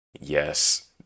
Yes